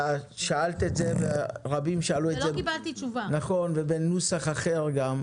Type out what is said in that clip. שאלת את זה ורבים שאלו את זה גם בנוסח אחר,